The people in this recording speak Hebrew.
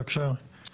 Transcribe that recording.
בבקשה.